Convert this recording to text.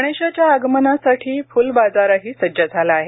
गणेशाच्या आगमनासाठी फुलबाजारही सज्ज झाला आहे